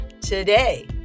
today